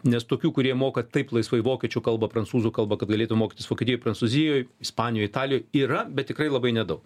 nes tokių kurie moka taip laisvai vokiečių kalbą prancūzų kalbą kad galėtų mokytis vokietijoj prancūzijoj ispanijoj italijoj yra bet tikrai labai nedaug